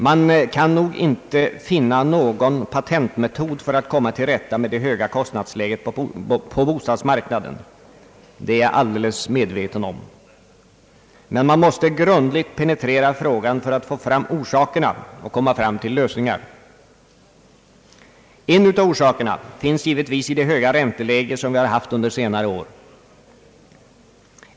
Man kan nog inte finna någon patentmetod för att komma till rätta med det höga kostnadsläget på bostadsmarknaden — det är jag medveten om. Men man måste grundligt penetrera frågan för att finna orsakerna och komma fram till lösningar. En av orsakerna är givetvis det höga ränteläge som vi haft under senare år.